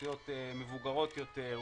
אוכלוסיות מבוגרות יותר,